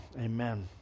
amen